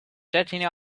jetting